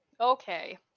Okay